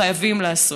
חייבים לעשות,